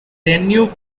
danube